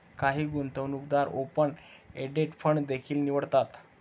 काही गुंतवणूकदार open ended fund देखील निवडतात